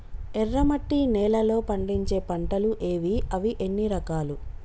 ఎర్రమట్టి నేలలో పండించే పంటలు ఏవి? అవి ఎన్ని రకాలు?